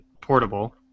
portable